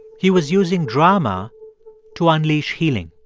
he was using drama to unleash healing.